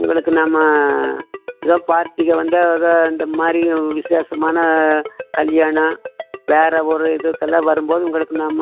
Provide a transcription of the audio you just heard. உங்களுக்கு நம்ம ஏதோ பார்ட்டிக்கு வந்தால் ஏதோ இந்த மாதிரி விஷேமான கல்யாணம் வேற ஒரு இதுக்கெல்லாம் வரும்போது உங்களுக்கு நான்